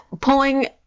pulling